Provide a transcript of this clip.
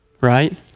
right